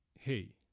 hey